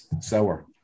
sour